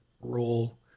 role